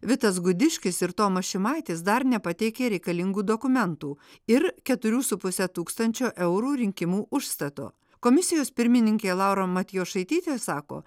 vitas gudiškis ir tomas šimaitis dar nepateikė reikalingų dokumentų ir keturių su puse tūkstančio eurų rinkimų užstato komisijos pirmininkė laura matijošaitytė sako